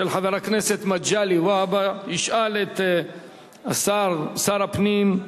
של חבר הכנסת מגלי והבה, שישאל את שר הפנים.